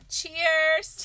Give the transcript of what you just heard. Cheers